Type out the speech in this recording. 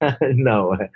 no